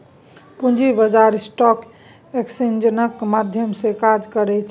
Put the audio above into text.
पूंजी बाजार स्टॉक एक्सेन्जक माध्यम सँ काज करैत छै